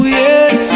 yes